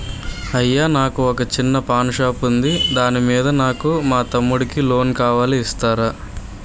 అయ్యా నాకు వొక చిన్న పాన్ షాప్ ఉంది దాని మీద నాకు మా తమ్ముడి కి లోన్ కావాలి ఇస్తారా?